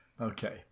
Okay